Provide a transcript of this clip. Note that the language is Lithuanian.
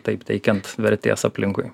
taip teikiant vertės aplinkui